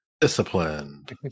Disciplined